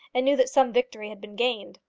and knew that some victory had been gained.